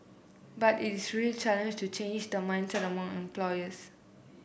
but it is real challenge to change the mindset among employers